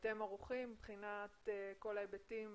האם אתם ערוכים מבחינת כל ההיבטים